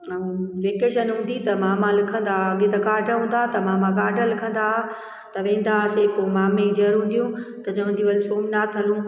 ऐं वेकेशन हूंदी त मामा लिखंदा हुआ अॻे त काड हूंदा त काड मामा काड लिखंदा हुआ त वेंदा हुआसीं त पोइ मामे जी धीअरूं हूंदियूं त चवंदियूं हल सोमनाथ हलूं